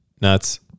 nuts